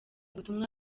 butumwa